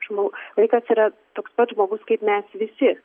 aš mau vaikas yra toks pats žmogus kaip mes visi